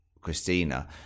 Christina